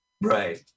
right